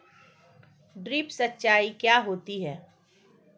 Drip सिंचाई क्या होती हैं?